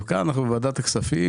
וכאן אנחנו בוועדת הכספים,